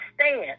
stand